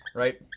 right,